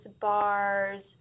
bars